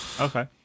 Okay